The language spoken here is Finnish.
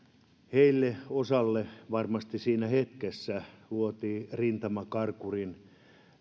heille osalle varmasti siinä hetkessä luotiin rintamakarkurin